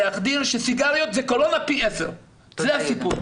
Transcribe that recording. להחדיר שסיגריות זה קורונה פי 10. זה הסיפור.